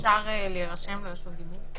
אפשר להירשם לרשות דיבור?